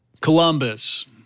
Columbus